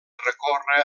recórrer